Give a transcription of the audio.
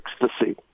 Ecstasy